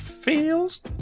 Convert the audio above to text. feels